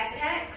backpacks